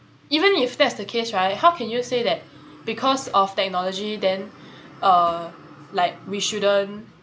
even if that's the case right how can you say that because of technology then uh like we shouldn't